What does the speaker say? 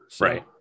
right